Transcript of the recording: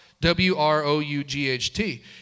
W-R-O-U-G-H-T